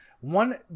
One